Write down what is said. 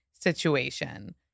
situation